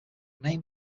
name